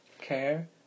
Care